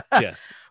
Yes